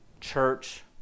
church